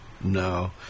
No